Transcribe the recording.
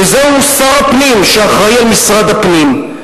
וזהו שר הפנים שאחראי על משרד הפנים.